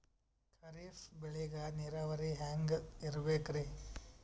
ಖರೀಫ್ ಬೇಳಿಗ ನೀರಾವರಿ ಹ್ಯಾಂಗ್ ಇರ್ಬೇಕರಿ?